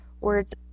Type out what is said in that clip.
words